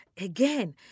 Again